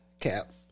Cap